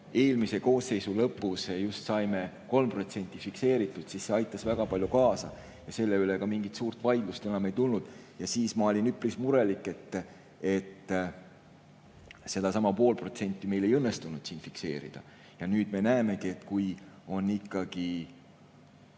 eelmise koosseisu lõpus saime 3% fikseeritud, siis see aitas väga palju kaasa ja selle üle mingit suurt vaidlust enam ei tulnud. Siis ma olin üpris murelik, et sedasama poolt protsenti meil ei õnnestunud siin fikseerida. Nüüd me näemegi, et kui on